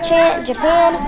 Japan